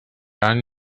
any